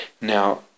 Now